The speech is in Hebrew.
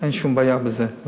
אין שום בעיה בזה.